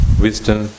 wisdom